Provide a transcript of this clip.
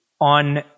on